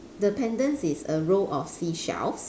the pendants is a row of seashells